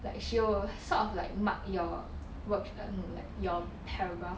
like she will sort of like mark your work no like your paragraph